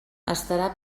estarà